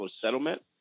settlement